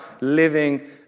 living